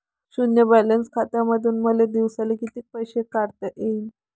शुन्य बॅलन्स खात्यामंधून मले दिवसाले कितीक पैसे काढता येईन?